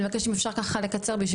ואני מבקשת אם אפשר ככה לקצר.